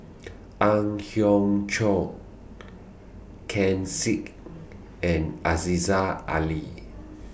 Ang Hiong Chiok Ken Seek and Aziza Ali